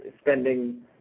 spending